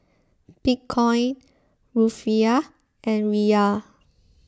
Bitcoin Rufiyaa and Riyal